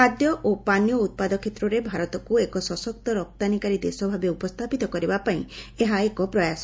ଖାଦ୍ୟ ଓ ପାନୀୟ ଉପାଦ କ୍ଷେତ୍ରରେ ଭାରତକୁ ଏକ ସଶକ୍ତ ରପ୍ତାନୀକାରୀ ଦେଶ ଭାବେ ଉପସ୍ରାପିତ କରିବା ପାଇଁ ଏହା ଏକ ପ୍ରୟାସ